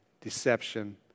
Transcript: deception